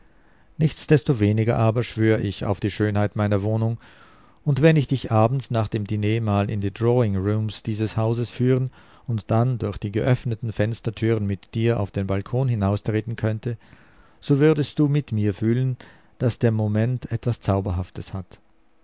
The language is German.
nichtsdestoweniger aber schwör ich auf die schönheit meiner wohnung und wenn ich dich abends nach dem diner mal in die drawing rooms dieses hauses führen und dann durch die geöffneten fenstertüren mit dir auf den balkon hinaustreten könnte so würdest du mit mir fühlen daß der moment etwas zauberhaftes hat